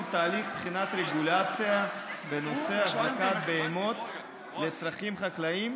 שהוא תהליך בחינת רגולציה בנושא החזקת בהמות לצרכים חקלאיים,